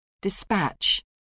Dispatch